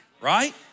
right